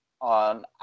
on